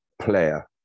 player